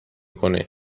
کنه